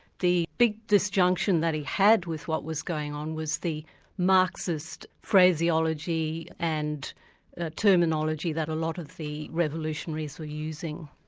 the big disjunction that he'd had with what was going on was the marxist phraseology and terminology that a lot of the revolutionaries were using.